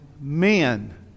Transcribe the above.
men